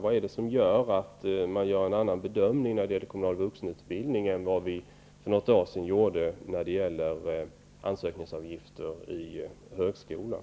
Varför gör man en annan bedömning när det gäller kommunal vuxenutbildning än vad vi gjorde för ett tag sedan när det gällde ansökningsavgifter i högskolan?